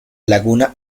laguna